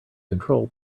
control